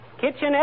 Kitchenette